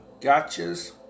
gotchas